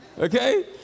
okay